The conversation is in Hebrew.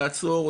לעצור,